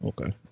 Okay